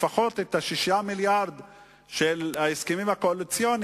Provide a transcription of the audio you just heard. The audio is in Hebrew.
לפחות את 6 המיליארדים של ההסכמים הקואליציוניים,